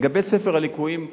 לגבי ספר הליקויים,